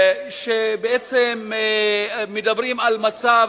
שבעצם מדברים על מצב